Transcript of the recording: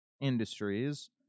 industries